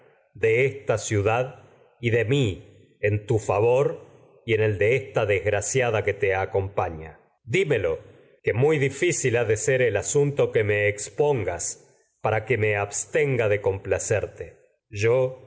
de esta ciudad y de mi en esta tu favor y en el de desgraciada ha de ser que te acompaña que me dímelo que para muy que difícil el asunto expongas me abstenga de complacerte yo